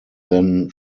then